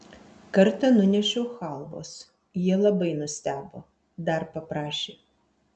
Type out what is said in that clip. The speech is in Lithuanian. kartą nunešiau chalvos jie labai nustebo dar paprašė